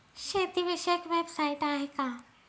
शेतीविषयक वेबसाइट आहे का?